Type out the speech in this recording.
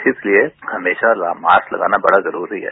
इसलिए हमेशा मास्क लगाना बड़ा जरूरी है